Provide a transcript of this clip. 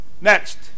Next